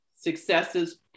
successes